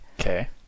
okay